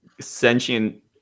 sentient